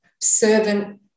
servant